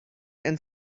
and